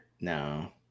No